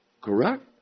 Correct